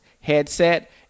headset